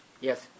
Yes